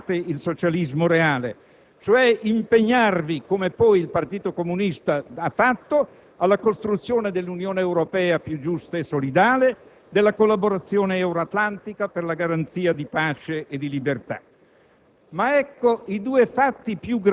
applicato o di quello che voi chiamavate il socialismo reale, cioè, impegnarvi, come poi il Partito comunista ha fatto, alla costruzione dell'Unione Europea, più giusta e solidale, della collaborazione euroatlantica per la garanzia di pace e di libertà.